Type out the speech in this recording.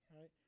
right